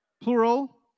plural